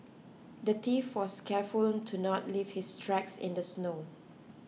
the thief was careful to not leave his tracks in the snow